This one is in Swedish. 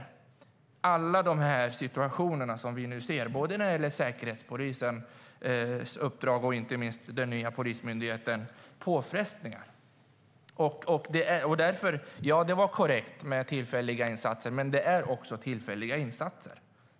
Alla de situationer som vi nu ser - det gäller både Säkerhetspolisens uppdrag och inte minst den nya Polismyndigheten - innebär påfrestningar. Ja, det var korrekt med tillfälliga insatser, men det är tillfälliga insatser.